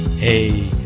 Hey